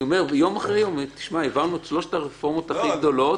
אני אומר יום אחרי יום העברנו את שלושת הרפורמות הכי גדולות.